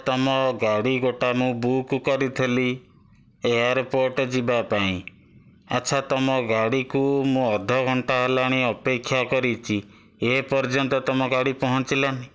ତୁମ ଗାଡ଼ି ଗୋଟାଏ ମୁଁ ବୁକ୍ କରିଥିଲି ଏୟାର୍ପୋର୍ଟ୍ ଯିବା ପାଇଁ ଆଚ୍ଛା ତୁମ ଗାଡ଼ିକୁ ମୁଁ ଅଧଘଣ୍ଟା ହେଲାଣି ଅପେକ୍ଷା କରିଛି ଏପର୍ଯ୍ୟନ୍ତ ତୁମ ଗାଡ଼ି ପହଞ୍ଚିଲାନି